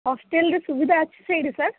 ହଷ୍ଟେଲ୍ର ସୁବିଧା ଅଛି ସେଇଠି ସାର୍